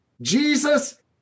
Jesus